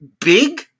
big